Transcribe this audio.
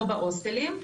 לא בהוסטלים.